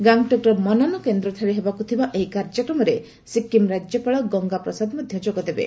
ଗାଙ୍ଗଟକ୍ର ମନନ କେନ୍ଦ୍ରଠାରେ ହେବାକୁ ଥିବା ଏହି କାର୍ଯ୍ୟକ୍ରମରେ ସିକ୍କିମ୍ ରାଜ୍ୟପାଳ ଗଙ୍ଗା ପ୍ରସାଦ ମଧ୍ୟ ଯୋଗଦେବେ